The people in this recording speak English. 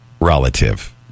relative